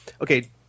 okay